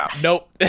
Nope